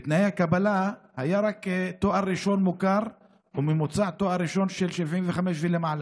בתנאי הקבלה היה רק תואר ראשון מוכר וממוצע תואר ראשון של 75 ומעלה.